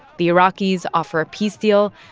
the iraqis offer a peace deal,